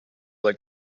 that